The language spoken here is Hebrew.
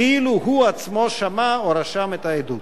כאילו הוא עצמו שמע או רשם את העדות.